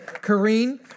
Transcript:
Kareen